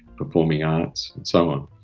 performing arts and so on,